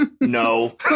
no